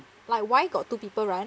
like why got two people run